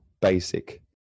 basic